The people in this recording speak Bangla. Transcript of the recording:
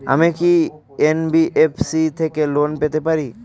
আমি কি এন.বি.এফ.সি থেকে লোন নিতে পারি?